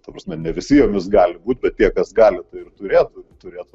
ta prasme ne visi jomis gali būt bet tie kas gali tai ir turėtų turėtų